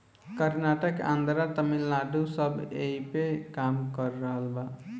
कर्नाटक, आन्द्रा, तमिलनाडू सब ऐइपे काम कर रहल बा